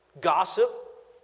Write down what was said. gossip